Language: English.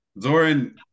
Zoran